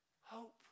Hope